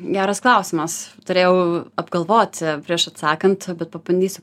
geras klausimas turėjau apgalvoti prieš atsakant bet pabandysiu